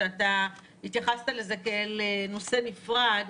שהתייחסת לזה כאל נושא נפרד,